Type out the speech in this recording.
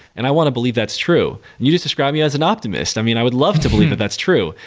and i want to believe that's true. you just to described me as an optimist. i, mean i would love to believe that that's true.